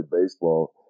baseball